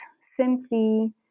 simply